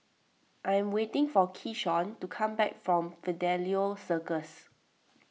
I am waiting for Keyshawn to come back from Fidelio Circus